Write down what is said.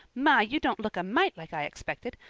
my, you don't look a mite like i expected.